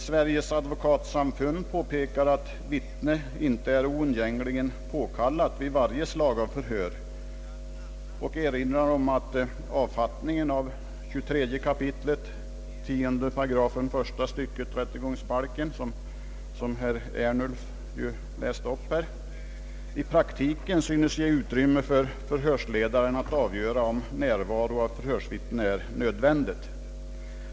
Sveriges advokatsamfund påpekar, att vittne inte är oundgängligen påkallat vid varje slag av förhör och erinrar om att avfattningen av 23 kap. 10 £ första stycket rättegångsbalken, vilket lästes upp av herr Ernulf, i praktiken synes ge utrymme för undersökningsledaren att avgöra om närvaron av förhörsvittne är nödvändig.